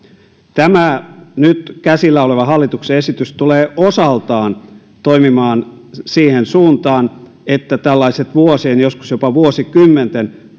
tämä nyt käsillä oleva hallituksen esitys tulee osaltaan toimimaan siihen suuntaan että tällaiset vuosien joskus jopa vuosikymmenten